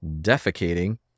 defecating